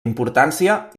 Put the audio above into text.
importància